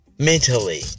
Mentally